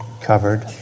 covered